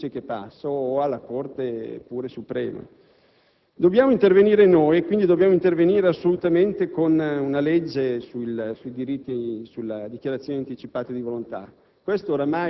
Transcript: Dobbiamo farlo con più decisione di quanto abbiamo fatto finora. Probabilmente, anzi sicuramente, c'è un'esigenza in questo Paese di interpretazione